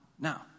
Now